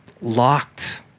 locked